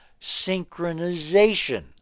synchronization